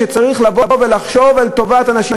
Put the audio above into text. שצריך לבוא ולחשוב על טובת הנשים